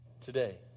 today